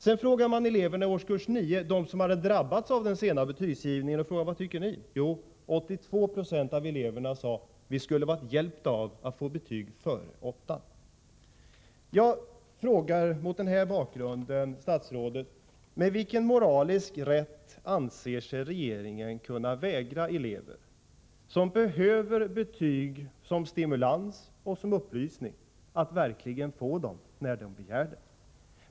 Vidare har man frågat eleverna i årskurs 9, som alltså redan drabbats av den sena betygsgivningen, vad de tyckte. 82 90 av eleverna sade: Vi skulle ha varit hjälpta av att få betyg före årskurs 8. Mot den här bakgrunden frågar jag statsrådet: Med vilken moralisk rätt anser sig regeringen kunna vägra elever som behöver betyg som stimulans och upplysning att verkligen få betyg när de begär att få sådana?